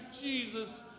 Jesus